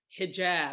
hijab